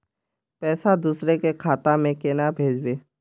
पैसा दूसरे के खाता में केना भेजबे?